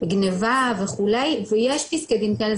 גניבה וכו' ויש פסקי דין כאלה,